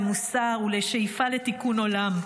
למוסר ולשאיפה לתיקון עולם.